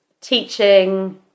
teaching